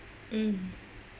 mm